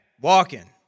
walking